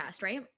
right